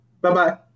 Bye-bye